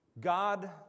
God